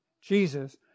Jesus